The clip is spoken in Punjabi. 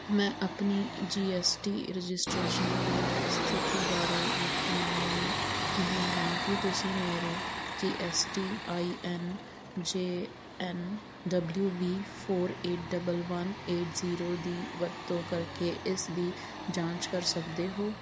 ਮੈਂ ਆਪਣੀ ਜੀ ਐੱਸ ਟੀ ਰਜਿਸਟ੍ਰੇਸ਼ਨ ਦੀ ਸਥਿਤੀ ਬਾਰੇ ਯਕੀਨੀ ਨਹੀਂ ਹਾਂ ਕੀ ਤੁਸੀਂ ਮੇਰੇ G S T I N J N W V four eight one one eight zero ਦੀ ਵਰਤੋਂ ਕਰਕੇ ਇਸ ਦੀ ਜਾਂਚ ਕਰ ਸਕਦੇ ਹੋ